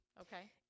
Okay